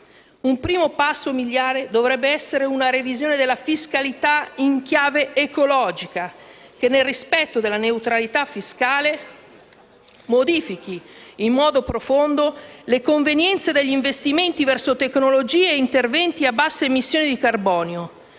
Un primo passo miliare dovrebbe essere una revisione della fiscalità in chiave ecologica che, nel rispetto della neutralità fiscale, modifichi in modo profondo le convenienze degli investimenti verso tecnologie e interventi a bassa emissione di carbonio.